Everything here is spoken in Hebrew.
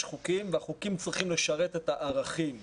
חוקים והחוקים צריכים לשרת את הערכים.